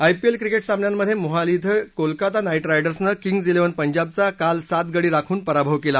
IPL cricket सामन्यांमधे मोहाली धिं काल कोलकाता नाईट रायडर्सनं किम्ज क्रिवन पंजाबचा सात गडी राखून पराभव केला